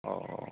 अ